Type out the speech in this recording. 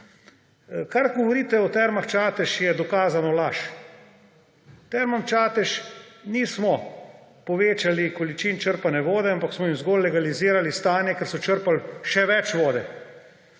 Kar govorite o Termah Čatež, je dokazano laž. Termam Čatež nismo povečali količin črpanja vode, ampak smo jim zgolj legalizirali stanje, ker so črpali še več vode.